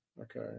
Okay